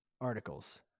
articles